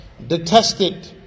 Detested